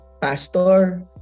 Pastor